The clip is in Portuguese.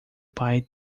pai